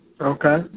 Okay